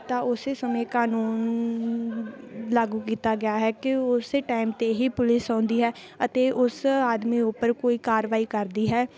ਤਾਂ ਉਸ ਸਮੇਂ ਕਾਨੂੰਨ ਲਾਗੂ ਕੀਤਾ ਗਿਆ ਹੈ ਕਿ ਉਸ ਟਾਈਮ 'ਤੇ ਹੀ ਪੁਲਿਸ ਆਉਂਦੀ ਹੈ ਅਤੇ ਉਸ ਆਦਮੀ ਉੱਪਰ ਕੋਈ ਕਾਰਵਾਈ ਕਰਦੀ ਹੈ